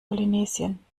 polynesien